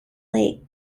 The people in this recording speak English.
lake